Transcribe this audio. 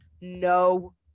no